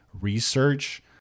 research